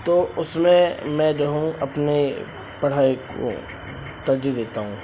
تو اس میں میں جو ہوں اپنے پڑھائی کو ترجیح دیتا ہوں